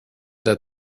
that